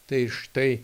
tai štai